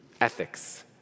ethics